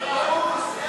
להסיר